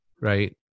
right